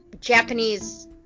Japanese